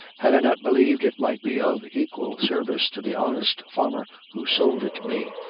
had i not believed it might be of equal service to the honest farmer who sold it me,